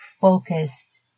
focused